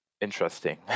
interesting